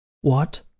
What